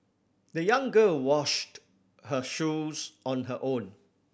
the young girl washed her shoes on her own